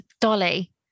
Dolly